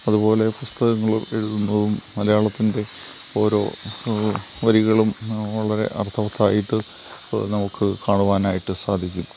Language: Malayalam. അതുപോലെ പുസ്തകങ്ങൾ എഴുതുന്നതും മലയാളത്തിൻ്റെ ഓരോ വരികളും വളരെ അർത്ഥവത്തായിട്ട് നമുക്ക് കാണുവാനായിട്ട് സാധിക്കും